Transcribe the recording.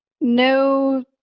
no